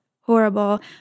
horrible